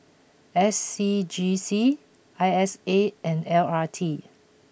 S C G C I S A and L R T